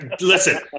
Listen